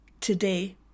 today